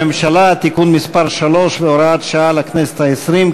הממשלה (תיקון מס' 3 והוראת שעה לכנסת ה-20).